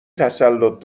تسلط